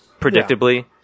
predictably